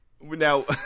Now